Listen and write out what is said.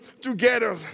together